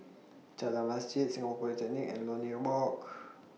Jalan Masjid Singapore Polytechnic and Lornie Walk